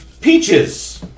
peaches